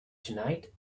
tonight